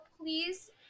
please